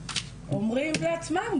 אומרים לעצמם,